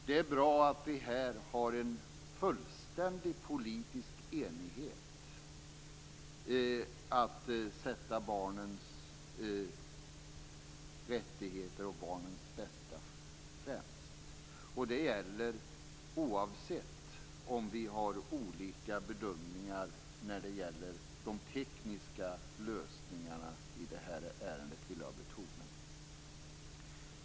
Det är bra att vi här har en fullständig politisk enighet när det gäller att sätta barnens rättigheter och barnens bästa främst. Det gäller oavsett om vi har olika bedömningar när det gäller de tekniska lösningarna i det här ärendet. Det vill jag betona.